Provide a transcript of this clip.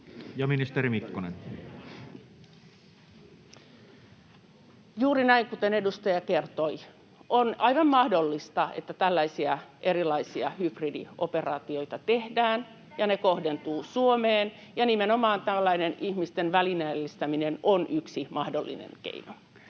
ministeri Mikkonen. On juuri näin, kuten edustaja kertoi: on aivan mahdollista, että tällaisia erilaisia hybridioperaatioita tehdään ja ne kohdentuvat Suomeen, ja nimenomaan tällainen ihmisten välineellistäminen on yksi mahdollinen keino.